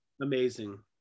Amazing